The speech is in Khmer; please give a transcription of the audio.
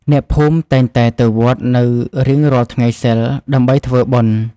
អ្នកភូមិតែងតែទៅវត្តនៅរៀងរាល់ថ្ងៃសីល ដើម្បីធ្វើបុណ្យ។